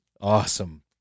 Awesome